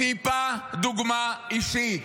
טיפה דוגמה אישית.